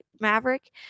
Maverick